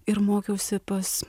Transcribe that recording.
ir mokiausi pas